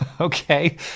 Okay